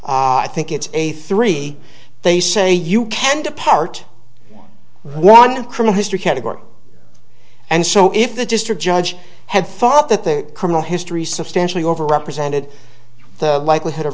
o i think it's a three they say you can depart one crim history category and so if the district judge had thought that the criminal history substantially overrepresented the likelihood of